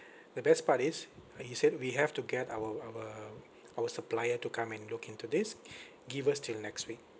the best part is uh he said we have to get our our our supplier to come and look into this give us till next week